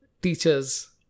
teachers